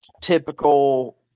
typical